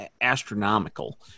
astronomical